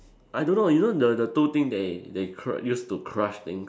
I don't know you know the the two thing they they cr~ use to crush things